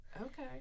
Okay